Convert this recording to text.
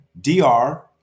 Dr